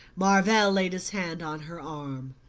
marvell laid his hand on her arm,